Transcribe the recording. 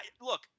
Look